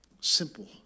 Simple